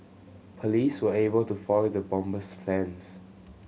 police were able to foil the bomber's plans